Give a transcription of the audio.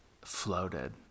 floated